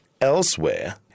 elsewhere